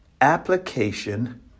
application